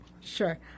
Sure